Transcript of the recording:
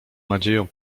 nadzieją